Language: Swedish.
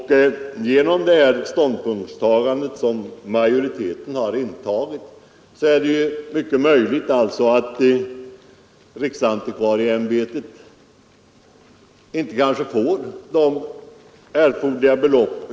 Genom det här ståndpunktstagandet som majoriteten har gjort är det mycket möjligt att riksantikvarieämbetet inte får erforderliga belopp — om majoritetens hemställan vinner riksdagens bifall.